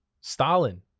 Stalin